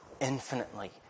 infinitely